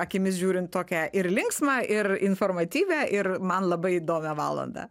akimis žiūrin tokią ir linksmą ir informatyvią ir man labai įdomią valandą